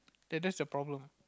then that's the problem